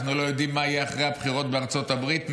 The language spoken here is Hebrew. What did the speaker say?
אנחנו לא יודעים מה יהיה אחרי הבחירות בארצות הברית,